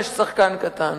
יש שחקן קטן.